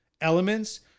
elements